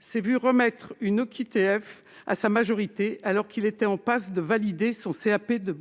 s'est vu remettre une OQTF à sa majorité, alors qu'il était en passe de valider son certificat